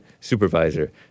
supervisor